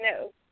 No